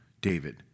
David